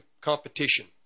competition